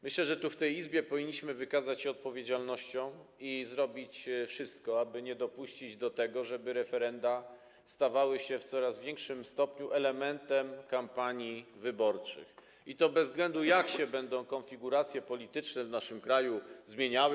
Myślę, że tu, w tej Izbie, powinniśmy wykazać się odpowiedzialnością i zrobić wszystko, aby nie dopuścić do tego, żeby referenda stawały się w coraz większym stopniu elementem kampanii wyborczych, i to bez względu na to, jak się będą konfiguracje polityczne w naszym kraju zmieniały.